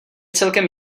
celkem